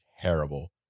terrible